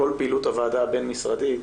כל פעילות הועדה הבין משרדית,